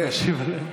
תשיב עליהם,